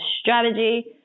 strategy